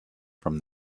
from